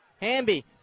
Hamby